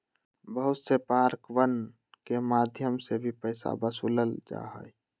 बहुत से पार्कवन के मध्यम से भी पैसा वसूल्ल जाहई